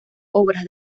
obras